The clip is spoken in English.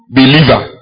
believer